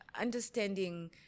understanding